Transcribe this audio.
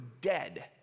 dead